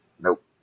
Nope